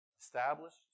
established